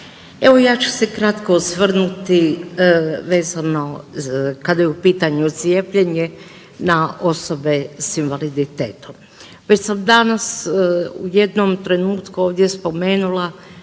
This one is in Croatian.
evo ja ću se kratko osvrnuti vezano kada je u pitanju cijepljenje na osobe s invaliditetom. Već sam danas u jednom trenutku ovdje spomenula